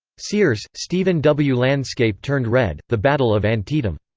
sears, stephen w. landscape turned red the battle of antietam.